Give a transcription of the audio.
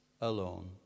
alone